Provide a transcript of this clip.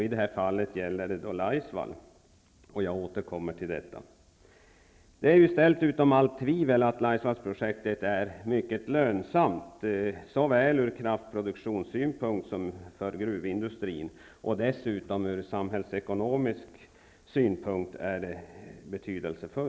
I det här fallet gället det Laisvall. Jag återkommer till detta. Det är ställt utom allt tvivel att Laisvallsprojektet är mycket lönsamt såväl ur kraftproduktionssynpunkt som för gruvindustrin. Dessutom är det betydelsefullt ur samhällsekonomisk synpunkt.